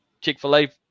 Chick-fil-A